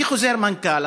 לפי חוזר מנכ"ל,